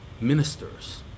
ministers